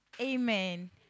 Amen